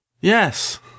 Yes